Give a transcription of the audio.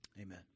Amen